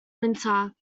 winter